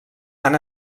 han